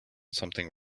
something